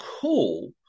cool